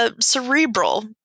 cerebral